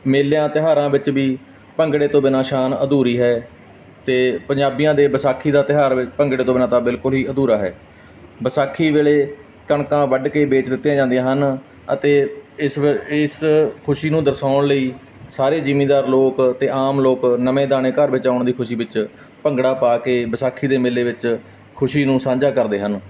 ਮੇਲਿਆਂ ਤਿਉਹਾਰਾਂ ਵਿੱਚ ਵੀ ਭੰਗੜੇ ਤੋਂ ਬਿਨਾਂ ਸ਼ਾਨ ਅਧੂਰੀ ਹੈ ਅਤੇ ਪੰਜਾਬੀਆਂ ਦੇ ਵਿਸਾਖੀ ਦਾ ਤਿਉਹਾਰ ਵੀ ਭੰਗੜੇ ਤੋਂ ਬਿਨਾਂ ਤਾਂ ਬਿਲਕੁਲ ਹੀ ਅਧੂਰਾ ਹੈ ਵਿਸਾਖੀ ਵੇਲੇ ਕਣਕਾਂ ਵੱਢ ਕੇ ਵੇਚ ਦਿਤੀਆਂ ਜਾਂਦੀਆਂ ਹਨ ਅਤੇ ਇਸ ਵ ਇਸ ਖੁਸ਼ੀ ਨੂੰ ਦਰਸ਼ਾਉਣ ਲਈ ਸਾਰੇ ਜ਼ਮੀਦਾਰ ਲੋਕ ਅਤੇ ਆਮ ਲੋਕ ਨਵੇਂ ਦਾਣੇ ਘਰ ਵਿਚ ਆਉਣ ਦੀ ਖੁਸ਼ੀ ਵਿਚ ਭੰਗੜਾ ਪਾ ਕੇ ਵਿਸਾਖੀ ਦੇ ਮੇਲੇ ਵਿਚ ਖੁਸ਼ੀ ਨੂੰ ਸਾਂਝਾ ਕਰਦੇ ਹਨ